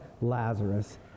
Lazarus